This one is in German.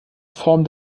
form